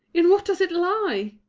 in what does it lie?